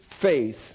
faith